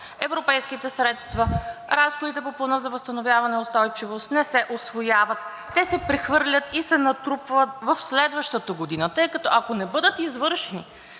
европейските средства, разходите по Плана за възстановяване и устойчивост не се усвояват, те се прехвърлят и се натрупват в следващата година, тъй като, ако не бъдат извършени